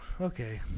Okay